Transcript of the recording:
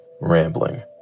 Rambling